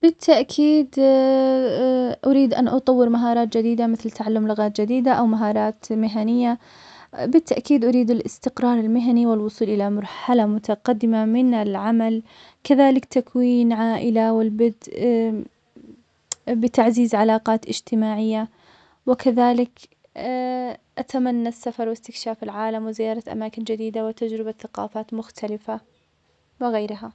بالتأكيد أريد أن أطور مهارات جديدة, مثل تعلم لغات جديدة, أو مهارات مهنية, بالتأكيد أريد الإستقرار المهني والوصل إلى مرحلة متقدممة من العمل, كذلك تكوين عائلة والبدء بتعزيز علاقات إجتماعية, وكذلك أتمنى السفر واستكشاف العالم وزيارة أماكن جديدة وتجربة ثقافات مختلفة وغيرها.